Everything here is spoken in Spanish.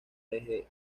desde